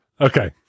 Okay